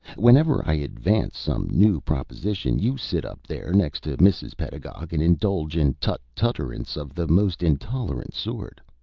whenever i advance some new proposition, you sit up there next to mrs. pedagog and indulge in tutt-tutterances of the most intolerant sort.